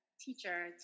teacher